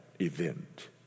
event